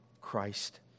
Christ